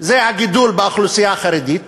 הגידול באוכלוסייה החרדית